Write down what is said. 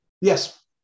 Yes